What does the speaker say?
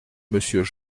monsieur